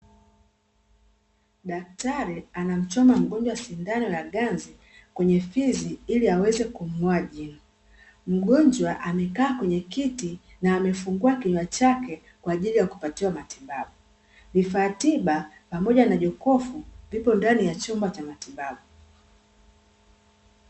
Daktari anamchoma mgonjwa sindano ya ganzi kwenye fizi ili aweze kumng'oa jino. Mgonjwa amekaa kwenye kiti na amefungua kinywa chake kwa ajili ya kupatiwa matibabu. Vifaa tiba pamoja na jokofu vipo ndani ya chumba cha matibabu,